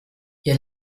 ihr